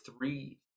three